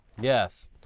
yes